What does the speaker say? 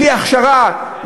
בלי הכשרה,